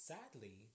Sadly